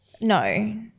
No